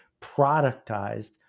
productized